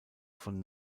von